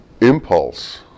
impulse